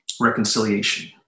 Reconciliation